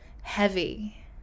heavy